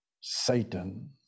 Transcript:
Satan